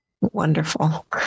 Wonderful